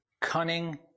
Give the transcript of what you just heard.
cunning